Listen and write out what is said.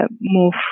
move